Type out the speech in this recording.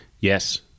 Yes